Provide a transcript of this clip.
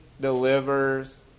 delivers